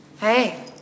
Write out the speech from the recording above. Hey